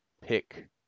pick